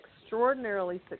extraordinarily